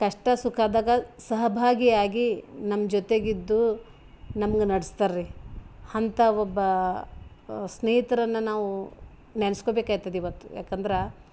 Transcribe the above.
ಕಷ್ಟ ಸುಖದಾಗ ಸಹಭಾಗಿಯಾಗಿ ನಮ್ಮ ಜೊತೆಗಿದ್ದು ನಮ್ಗೆ ನಡೆಸ್ತಾರ್ ರೀ ಅಂಥ ಒಬ್ಬ ಸ್ನೇಹಿತ್ರನ್ನು ನಾವು ನೆನೆಸ್ಕೋಬೇಕಾಯ್ತದ್ ಇವತ್ತು ಯಾಕಂದ್ರೆ